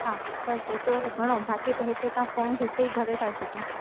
हा बसि एतिरो त भरियो बाक़ी त हिते तव्हां फॉर्म त हिते ई था भरे सिघो